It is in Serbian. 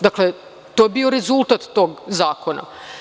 Dakle, to je bio rezultat tog zakona.